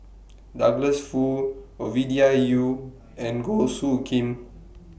Douglas Foo Ovidia Yu and Goh Soo Khim